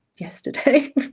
yesterday